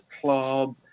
club